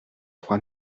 trois